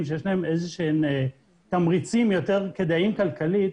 שיש להם איזה שהם תמריצים יותר כדאיים כלכלית,